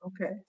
Okay